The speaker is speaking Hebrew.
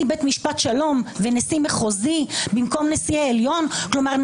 בית משפט שלום ונשיא מחוזי במקום נשיא העליון זה ריכוך,